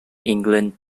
england